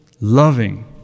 loving